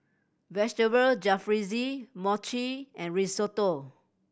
Vegetable Jalfrezi Mochi and Risotto